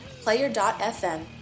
Player.fm